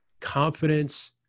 confidence